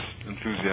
enthusiasm